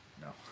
No